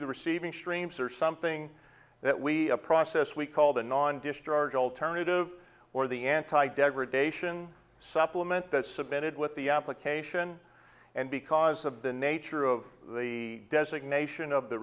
of the receiving streams or something that we process we call the non discharge alternative or the anti degradation supplement that's submitted with the application and because of the nature of the designation of the